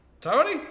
Tony